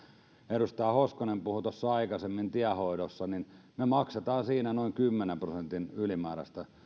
edustaja hoskonen puhui tuossa aikaisemmin tienhoidosta ja me maksamme siinä noin kymmenen prosentin ylimääräistä